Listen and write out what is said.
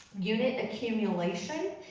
unit accumulation.